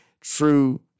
true